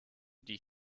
die